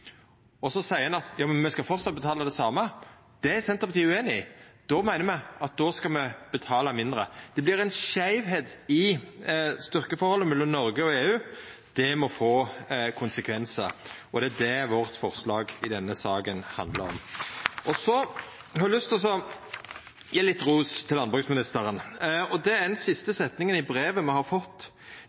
og så seier ein: Ja, men me skal framleis betala det same. Det er Senterpartiet ueinig i. Me meiner at då skal me betala mindre. Det vert ei skeivheit i styrkeforholdet mellom Noreg og EU. Det må få konsekvensar, og det er det forslaget vårt i denne saka handlar om. Så har eg lyst til å gje litt ros til landbruksministeren, og det er for den siste setninga i brevet me har fått,